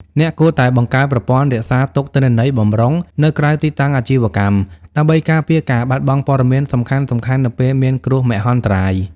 អ្នកគួរតែបង្កើត ប្រព័ន្ធរក្សាទុកទិន្នន័យបម្រុង នៅក្រៅទីតាំងអាជីវកម្ម ដើម្បីការពារការបាត់បង់ព័ត៌មានសំខាន់ៗនៅពេលមានគ្រោះមហន្តរាយ។